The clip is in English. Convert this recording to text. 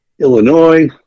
Illinois